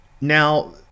Now